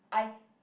I